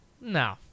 No